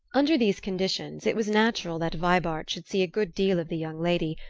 under these conditions, it was natural that vibart should see a good deal of the young lady,